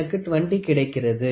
எனக்கு 20 கிடைக்கிறது